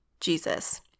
Jesus